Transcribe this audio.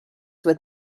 with